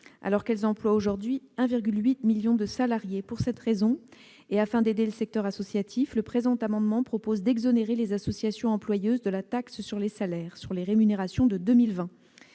alors qu'elles emploient aujourd'hui 1,8 million de salariés. Afin d'aider le secteur associatif, le présent amendement vise à exonérer les associations employeuses de la taxe sur les salaires pour les rémunérations de 2020.